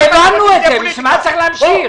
כבר הבנו את זה, בשביל מה צריך להמשיך.